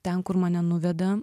ten kur mane nuveda